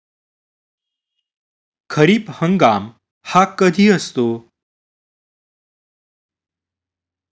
खरीप हंगाम हा कधी असतो?